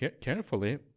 carefully